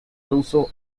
ruso